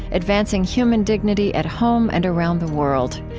advancing human dignity at home and around the world.